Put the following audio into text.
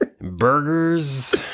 Burgers